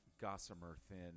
gossamer-thin